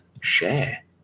share